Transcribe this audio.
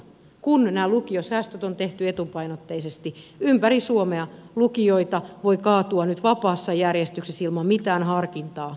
kun nämä lukiosäästöt on tehty etupainotteisesti ympäri suomea lukioita voi kaatua nyt vapaassa järjestyksessä ilman mitään harkintaa